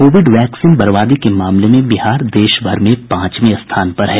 Covid vaccine बर्बादी के मामले में बिहार देशभर में पांचवे स्थान पर है